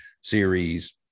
series